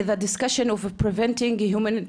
המתרגמת מרינה,